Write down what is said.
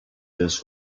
this